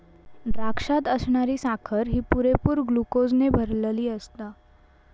द्राक्षात असणारी साखर ही पुरेपूर ग्लुकोजने भरलली आसता